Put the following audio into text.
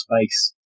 space